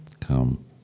come